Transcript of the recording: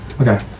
okay